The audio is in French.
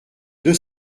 deux